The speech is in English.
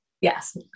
yes